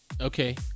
okay